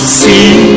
see